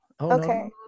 Okay